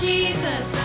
Jesus